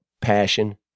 passion